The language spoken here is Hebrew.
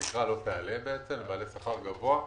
התקרה לא תעלה לבעלי שכר גבוה,